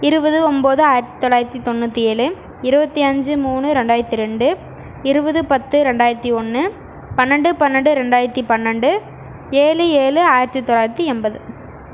இருபது ஒம்பது ஆயிரத்தி தொள்ளாயிரத்தி தொண்ணூற்றி ஏழு இருபத்தி அஞ்சு மூணு ரெண்டாயிரத்தி ரெண்டு இருபது பத்து ரெண்டாயிரத்தி ஒன்று பன்னண்டு பன்னண்டு ரெண்டாயிரத்தி பன்னண்டு ஏழு ஏழு ஆயிரத்தி தொள்ளாயிரத்தி எண்பது